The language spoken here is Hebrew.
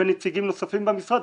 ונציגים נוספים במשרד,